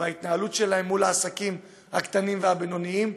וההתנהלות שלהן מול העסקים הקטנים והבינוניים,